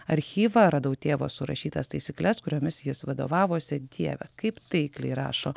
archyvą radau tėvo surašytas taisykles kuriomis jis vadovavosi dieve kaip taikliai rašo